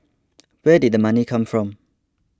where did the money come from